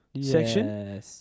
section